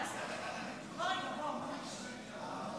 35. אני קובע כי הצעת חוק תכנון ובנייה (תיקון מס' 152),